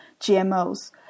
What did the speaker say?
GMOs